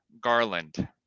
Garland